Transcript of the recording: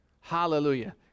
Hallelujah